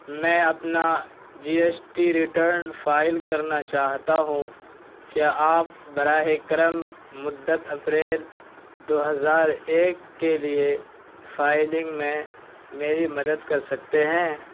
میں اپنا G S T return file کرنا چاہتا ہوں کیا آپ براہ کرم مدت اپریل دو ہزار ایک کے لیے فائلنگ میں میری مدد کر سکتے ہیں